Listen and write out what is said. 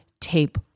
tape